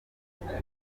kuvuga